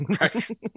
Right